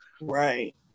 right